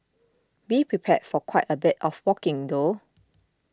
be prepared for quite a bit of walking though